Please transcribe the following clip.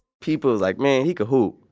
people like, man, he can hoop.